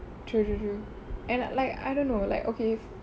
true true true and like I don't know like okay